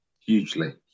Hugely